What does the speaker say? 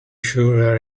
sure